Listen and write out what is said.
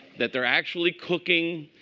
that they're actually cooking.